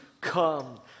come